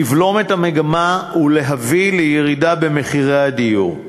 לבלום את המגמה ולהביא לירידה במחירי הדיור.